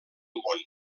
món